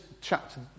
chapter